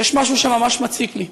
ויש משהו שממש מציק לי: